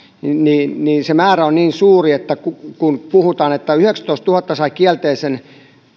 niin niin se määrä on niin suuri että kun puhutaan että yhdeksäntoistatuhatta sai kielteisen